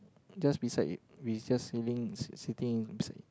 just beside we just living sitting beside